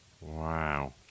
Wow